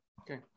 Okay